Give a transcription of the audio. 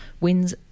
Winds